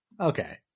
Okay